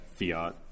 fiat